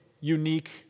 unique